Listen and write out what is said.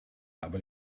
aber